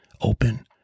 open